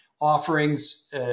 offerings